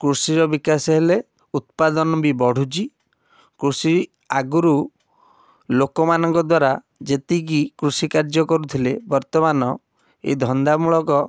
କୃଷିର ବିକାଶ ହେଲେ ଉତ୍ପାଦନ ବି ବଢ଼ୁଛି କୃଷି ଆଗରୁ ଲୋକମାନଙ୍କ ଦ୍ୱାରା ଯେତିକି କୃଷିକାର୍ଯ୍ୟ କରୁଥିଲେ ବର୍ତ୍ତମାନ ଏ ଧନ୍ଦାମୂଳକ